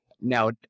Now